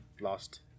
lost